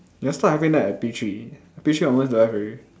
last time having that at P three P three onwards don't have already